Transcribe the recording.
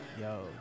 yo